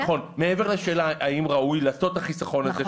מעבר לשאלה האם ראוי לעשות את החיסכון הזה,